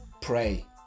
Pray